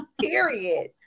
Period